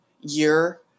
year